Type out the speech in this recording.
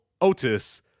Otis